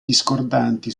discordanti